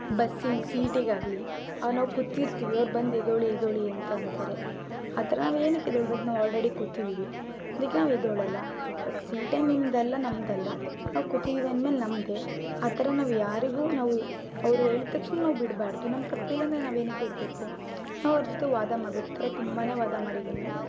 ಬಸ್ಸಿನ ಸೀಟಿಗಾಗಲಿ ನಾವು ಕೂತಿರ್ತೀವಿ ಅವರು ಬಂದು ಎದ್ದೇಳಿ ಎದ್ದೇಳಿ ಅಂತ ಅಂತಾರೆ ಆ ಥರ ನಾವೇನಿಕ್ಕೆದ್ದೊಳ್ಬೇಕು ನಾವು ಆಲ್ರೆಡಿ ಕೂತಿದ್ದೀವಿ ಅದಕ್ಕೆ ನಾವು ಎದ್ದೇಳಲ್ಲ ಈವಾಗ ಸೀಟೇನು ನಿಮ್ಮದಲ್ಲ ನಮ್ಮದಲ್ಲ ನಾವು ಕೂತಿದ್ದೀವಿ ಅಂದಮೇಲೆ ನಮ್ಮದೇ ಆ ಥರ ನಾವು ಯಾರಿಗೂ ನಾವು ಅವರು ಹೇಳಿದ ತಕ್ಷಣ ನಾವು ಬಿಡಬಾರ್ದು ನಮ್ಮ ತಪ್ಪಿಲ್ಲ ಅಂದರೆ ನಾವು ಏನಿಕ್ಕೆ ಬಿಡಬೇಕು ಅವರ ಜೊತೆ ವಾದ ಮಾಡಬೇಕು ಈ ಥರ ತುಂಬಾ ವಾದ ಮಾಡಿದ್ದೀನಿ